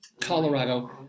Colorado